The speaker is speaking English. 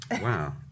Wow